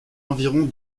environ